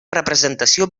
representació